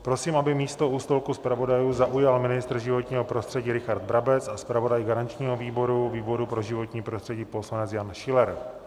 Prosím, aby místo u stolku zpravodajů zaujal ministr životního prostředí Richard Brabec a zpravodaj garančního výboru, výboru pro životní prostředí, poslanec Jan Schiller.